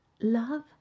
love